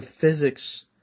physics